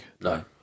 No